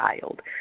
child